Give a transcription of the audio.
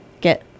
get